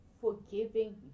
forgiving